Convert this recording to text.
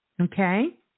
Okay